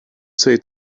say